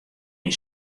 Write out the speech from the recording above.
myn